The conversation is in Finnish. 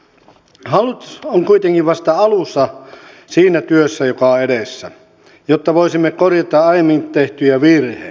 hallitus on kuitenkin vasta alussa siinä työssä joka on edessä jotta voisimme korjata aiemmin tehtyjä virheitä